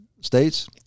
states